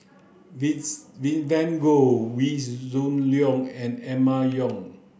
Vivien Goh Wee Shoo Leong and Emma Yong